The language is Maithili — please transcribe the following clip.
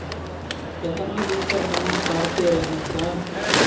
केतना दिन तक जमा करते रहे सर?